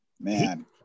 man